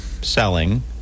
selling